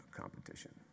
competition